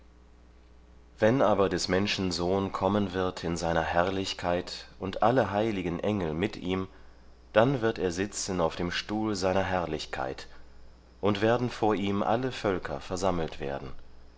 wenn aber des menschen sohn kommen wird in seiner herrlichkeit und alle heiligen engel mit ihm dann wird er sitzen auf dem stuhl seiner herrlichkeit und werden vor ihm alle völker versammelt werden